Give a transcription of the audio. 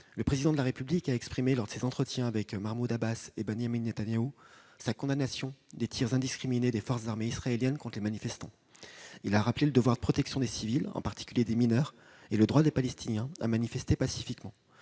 Le Président de la République a exprimé, lors de ses entretiens avec Mahmoud Abbas et Benyamin Nétanyahou, sa condamnation des tirs indiscriminés des forces armées israéliennes contre les manifestants. Il a rappelé le devoir de protection des civils, en particulier des mineurs, et le droit des Palestiniens à manifester pacifiquement.